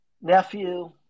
nephew